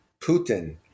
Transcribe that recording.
Putin